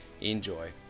enjoy